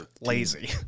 Lazy